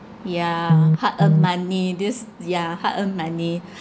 yeah hard earned money this yeah hard earned money